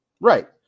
Right